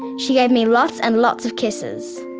she gave me lots and lots of kisses.